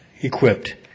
equipped